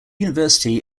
university